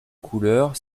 couleur